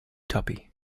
tuppy